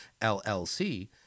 LLC